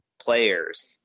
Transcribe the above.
players